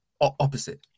opposite